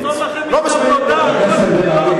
נכתוב לכם את ההיסטוריה מחדש.